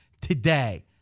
today